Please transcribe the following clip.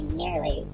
nearly